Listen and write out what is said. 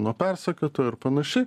nuo persekiotojų ir panašiai